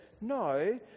no